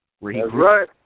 right